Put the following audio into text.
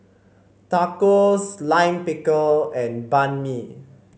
Tacos Lime Pickle and Banh Mi